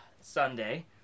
Sunday